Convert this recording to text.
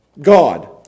God